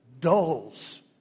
dulls